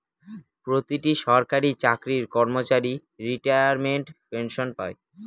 প্রতিটি সরকারি চাকরির কর্মচারী রিটায়ারমেন্ট পেনসন পাই